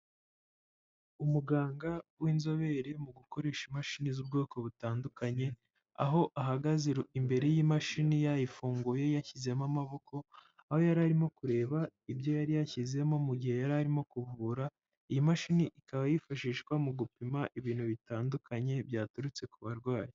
Umuganga w'inzobere mu gukoresha imashini z'ubwoko butandukanye aho ahagaze imbere y'imashini yayifunguye, yashyizemo amaboko. Aho yari arimo kureba ibyo yari yashyizemo mu gihe yari arimo kuvura. Iyi mashini ikaba yifashishwa mu gupima ibintu bitandukanye byaturutse ku barwayi.